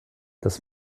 das